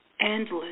endless